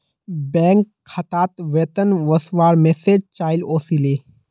bank खातात वेतन वस्वार मैसेज चाइल ओसीले